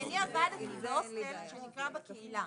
תהליך קבלת החלטותיו של הגורם המכיר,